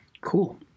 Cool